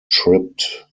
tripped